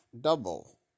double